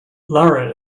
lara